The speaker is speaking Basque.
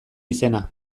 izena